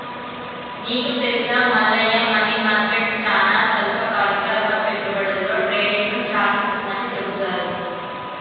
నీకు తెలుసా Mallaiah money market చానా స్వల్పకాలిక రుణ పెట్టుబడులలో ట్రేడింగ్ను శాసిస్తుందని చెబుతారు